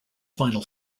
final